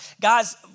Guys